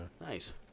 Nice